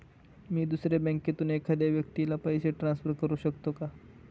मी दुसऱ्या बँकेतून एखाद्या व्यक्ती ला पैसे ट्रान्सफर करु शकतो का?